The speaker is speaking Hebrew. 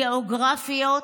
והגיאוגרפיות,